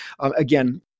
Again